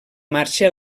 marxa